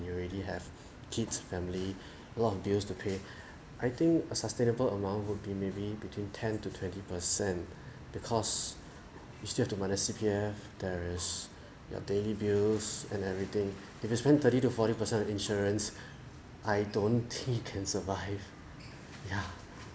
you already have kids family lot of bills to pay I think a sustainable amount would be maybe between ten to twenty percent because you still have to manage C_P_F there is your daily bills and everything if you spend thirty to forty percent of insurance I don't think can survive ya